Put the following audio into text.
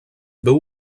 veu